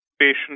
patient